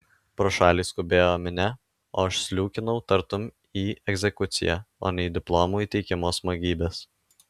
pro šalį skubėjo minia o aš sliūkinau tartum į egzekuciją o ne į diplomų įteikimo smagybes